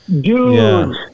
Dude